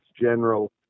General